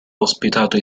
ospitato